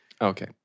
Okay